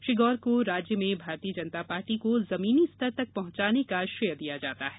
श्री गौर को राज्य में भारतीय जनता पार्टी को जमीनी स्तर तक पहुंचाने का श्रेय दिया जाता है